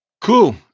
Cool